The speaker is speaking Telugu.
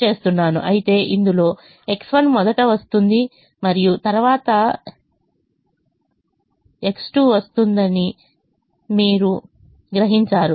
అయితే ఇందులో X2 మొదట వస్తుంది మరియు తరువాత X1 వస్తుందని మీరు గ్రహించారు